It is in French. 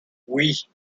oui